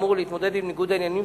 האמור להתמודד עם ניגוד העניינים